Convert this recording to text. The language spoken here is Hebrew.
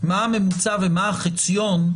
מה הממוצע ומה החציון,